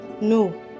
no